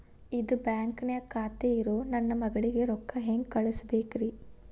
ಇದ ಬ್ಯಾಂಕ್ ನ್ಯಾಗ್ ಖಾತೆ ಇರೋ ನನ್ನ ಮಗಳಿಗೆ ರೊಕ್ಕ ಹೆಂಗ್ ಕಳಸಬೇಕ್ರಿ?